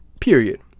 period